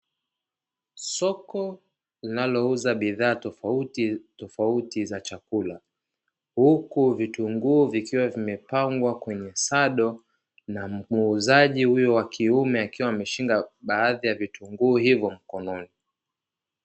Soko linalouza bidhaa tofauti tofauti za chakula, huku vitunguu vikiwa vimepangwa kwenye sado na muuzaji huyu wa kiume akiwa ameshika baadhi ya vitunguu hivyo mkononi.